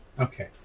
Okay